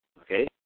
Okay